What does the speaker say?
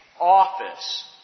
office